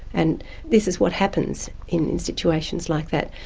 and this is what happens in situations like that.